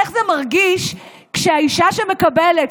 איך זה מרגיש כשהאישה שמקבלת,